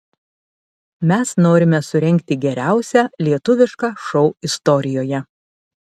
mes norime surengti geriausią lietuvišką šou istorijoje